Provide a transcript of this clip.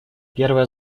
первая